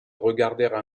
regardèrent